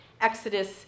Exodus